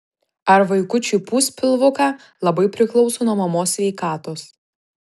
ar vaikučiui pūs pilvuką labai priklauso nuo mamos sveikatos